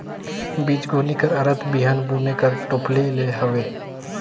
बीजगोनी कर अरथ बीहन बुने कर टोपली ले हवे